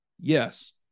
yes